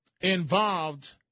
involved